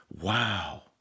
wow